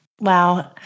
Wow